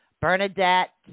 Bernadette